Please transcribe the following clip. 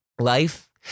life